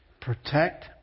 protect